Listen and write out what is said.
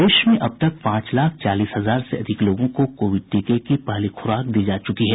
प्रदेश में अब तक पांच लाख चालीस हजार से अधिक लोगों को कोविड टीके की पहली खुराक दी जा चुकी है